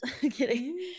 Kidding